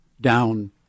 down